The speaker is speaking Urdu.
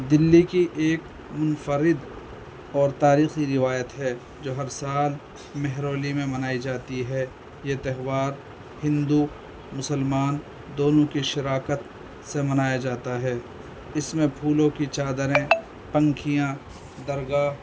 دلی کی ایک منفرد اور تاریخی روایت ہے جو ہر سال مہرولی میں منائی جاتی ہے یہ تہوار ہندو مسلمان دونوں کی شراکت سے منایا جاتا ہے اس میں پھولوں کی چادریں پنکھیاں درگاہ